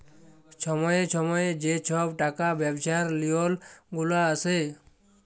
ছময়ে ছময়ে যে ছব টাকা ব্যবছার লিওল গুলা আসে